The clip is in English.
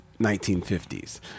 1950s